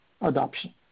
adoption